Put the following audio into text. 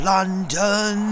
London